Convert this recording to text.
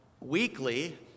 weekly